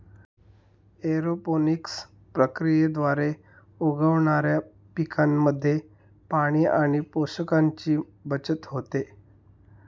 aeroponics प्रक्रियेद्वारे उगवणाऱ्या पिकांमध्ये पाणी आणि पोषकांची बचत होते